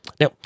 Now